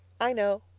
i know.